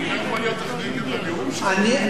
אני לא יכול להיות אחראי גם לנאום שלו.